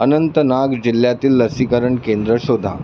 अनंतनाग जिल्ह्यातील लसीकरण केंद्र शोधा